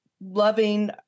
loving